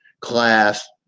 class